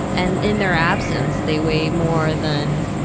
and in their absence they weigh more than,